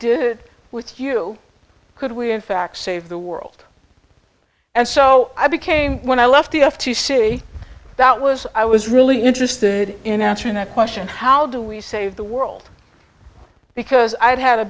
did with you could we in fact save the world and so i became when i left off to see that was i was really interested in answering that question how do we save the world because i'd ha